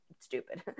stupid